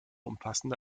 umfassende